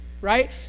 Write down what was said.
Right